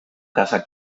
casa